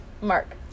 Mark